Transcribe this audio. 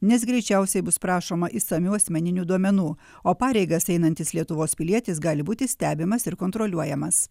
nes greičiausiai bus prašoma išsamių asmeninių duomenų o pareigas einantis lietuvos pilietis gali būti stebimas ir kontroliuojamas